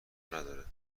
نداره